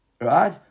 Right